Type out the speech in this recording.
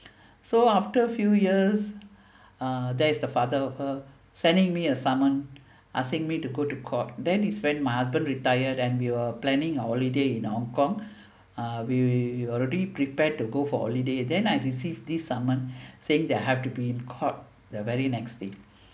so after few years uh there is the father of her sending me a summon asking me to go to court that is when my husband retired and we were planning a holiday in hong kong uh we already prepared to go for holiday then I received this summon saying that I have to be in court the very next day